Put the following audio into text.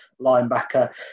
linebacker